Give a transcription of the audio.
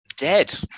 dead